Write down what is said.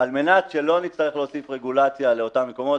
על מנת שלא נצטרך להוסיף רגולציה לאותם מקומות,